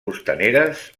costaneres